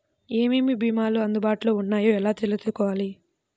ఏమేమి భీమాలు అందుబాటులో వున్నాయో ఎలా తెలుసుకోవాలి?